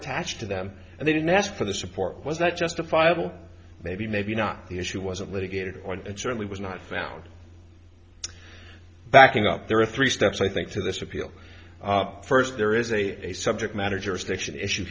attached to them and they didn't ask for the support was that justifiable maybe maybe not the issue wasn't litigated or it certainly was not found backing up there are three steps i think to this appeal first there is a subject matter jurisdiction issue